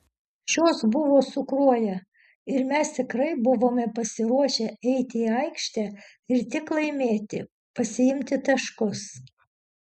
šios buvo su kruoja ir mes tikrai buvome pasiruošę eiti į aikštę ir tik laimėti pasiimti taškus